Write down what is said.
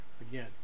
Again